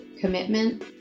commitment